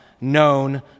known